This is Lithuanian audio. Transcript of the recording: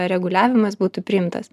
reguliavimas būtų priimtas